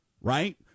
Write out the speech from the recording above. Right